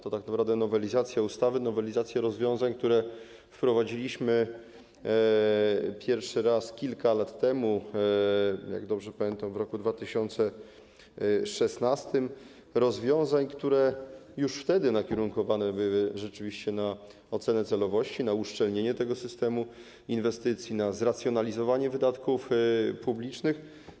To tak naprawdę nowelizacja ustawy, nowelizacja rozwiązań, które wprowadziliśmy pierwszy raz kilka lat temu jak dobrze pamiętam, w roku 2016, rozwiązań, które już wtedy rzeczywiście nakierunkowane były na ocenę celowości, na uszczelnienie systemu inwestycji, na zracjonalizowanie wydatków publicznych.